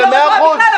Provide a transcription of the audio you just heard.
אני לא רגועה בכלל,